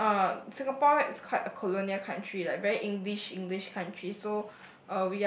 I mean uh Singapore is quite a colonial country like very English English country so